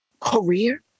Career